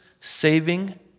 saving